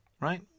Right